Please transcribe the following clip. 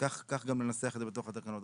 וכך גם ננסח את זה בתוך התקנות.